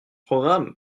programme